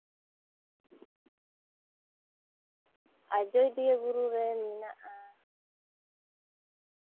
ᱟᱡᱚᱫᱤᱭᱟᱹ ᱵᱩᱨᱩ ᱨᱮ ᱢᱮᱱᱟᱜᱼᱟ